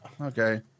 okay